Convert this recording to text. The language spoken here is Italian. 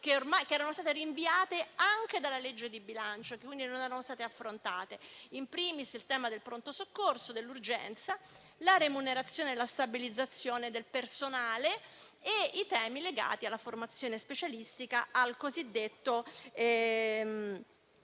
che erano state rinviate anche dalla legge di bilancio e che quindi non erano state affrontate: *in primis,* il tema del pronto soccorso e dell'urgenza, la remunerazione e la stabilizzazione del personale, e i temi legati alla formazione specialistica e al cosiddetto